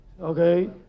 Okay